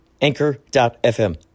Anchor.fm